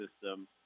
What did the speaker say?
system